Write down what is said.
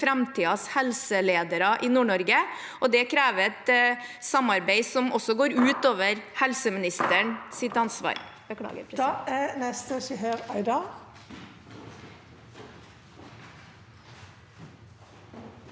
framtidens helseledere i Nord-Norge, og det krever et samarbeid som også går ut over helseministerens ansvar.